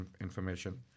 information